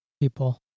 people